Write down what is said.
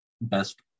best